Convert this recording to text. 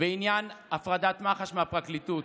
בעניין הפרדת מח"ש מהפרקליטות.